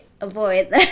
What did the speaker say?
avoid